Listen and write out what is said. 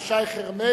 זה שי חרמש.